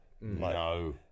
no